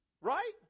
right